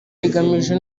rigamije